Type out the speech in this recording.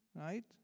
right